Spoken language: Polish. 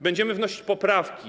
Będziemy wnosić poprawki.